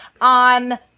on